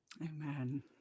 Amen